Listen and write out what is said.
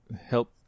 help